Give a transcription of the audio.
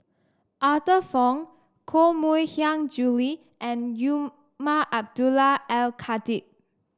Arthur Fong Koh Mui Hiang Julie and Umar Abdullah Al Khatib